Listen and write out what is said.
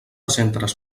centres